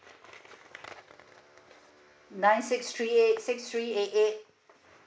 nine six three eight six three eight eight